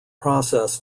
process